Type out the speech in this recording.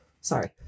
Sorry